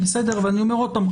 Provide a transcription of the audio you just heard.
אני אומר עוד פעם,